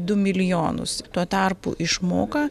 du miliojonus tuo tarpu išmoka